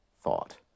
thought